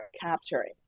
capturing